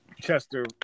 Chester